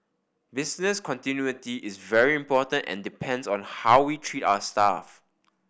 business continuity is very important and depends on how we treat our staff